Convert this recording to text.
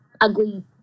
ugly